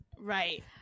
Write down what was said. right